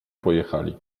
pojechali